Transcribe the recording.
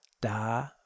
Da